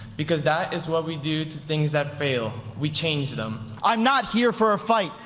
because that is what we do to things that fail. we change them. i'm not here for a fight.